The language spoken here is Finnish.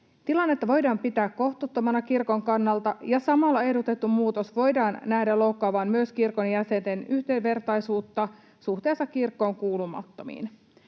Tilannetta voidaan pitää kohtuuttomana kirkon kannalta, ja samalla ehdotetun muutoksen voidaan nähdä loukkaavan myös kirkon jäsenten yhdenvertaisuutta suhteessa kirkkoon kuulumattomiin.